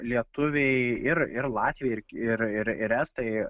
lietuviai ir ir latviai ir ir ir ir estai